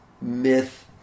myth